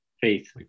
faith